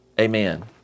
Amen